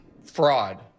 Fraud